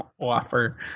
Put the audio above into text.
offer